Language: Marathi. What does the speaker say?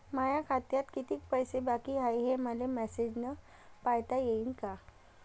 माया खात्यात कितीक पैसे बाकी हाय, हे मले मॅसेजन पायता येईन का?